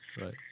Right